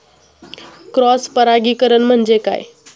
Cross परागीकरण म्हणजे काय?